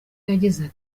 yagize